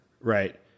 right